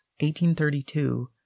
1832